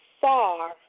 far